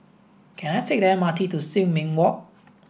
can I take the M R T to Sin Ming Walk